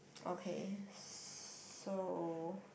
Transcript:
okay so